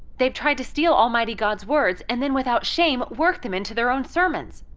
they've tried to steal almighty god's words, and then without shame work them into their own sermons.